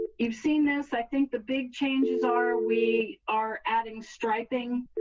you've seen this. i think the big changes are we are adding striping